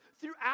throughout